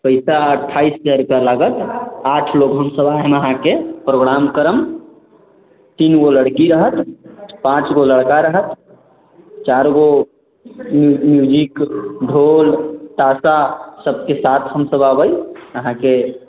पैसा अठाईस हजार रुपआ लागत आठ लोग हम अहाँके प्रोग्राम करब तीन गो लड़की रहत पाॅंच गो लड़का रहत चारि गो ढोल ठेका सब के साथ हम सब अबै अहाँके